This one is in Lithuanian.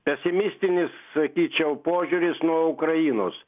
pesimistinis sakyčiau požiūris nuo ukrainos